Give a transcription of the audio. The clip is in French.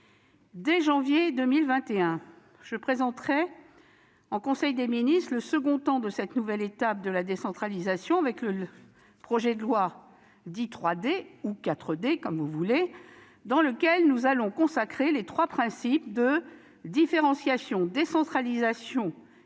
Dès janvier 2021, je présenterai en conseil des ministres le second temps de cette nouvelle étape de la décentralisation, avec le projet de loi dit « 3D », ou « 4D » si vous préférez, dans lequel nous allons consacrer les trois principes de différenciation, décentralisation et déconcentration,